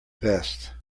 best